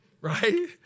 right